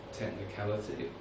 technicality